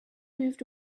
moved